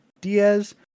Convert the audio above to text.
Diaz